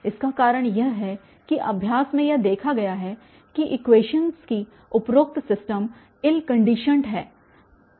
इसका कारण यह है कि अभ्यास में यह देखा गया है कि इक्वेशन्स की उपरोक्त सिस्टम इल कन्डिशन्ड है